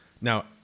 Now